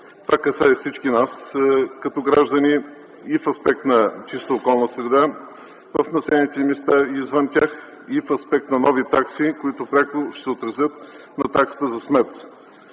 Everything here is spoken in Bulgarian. Това касае всички нас като граждани и в аспект на чиста околна среда в населените места и извън тях, и в аспект на нови такси, които пряко ще се отразят на таксата за смет.